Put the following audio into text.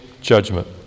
judgment